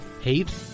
hate